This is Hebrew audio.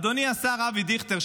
אדוני השר אבי דיכטר,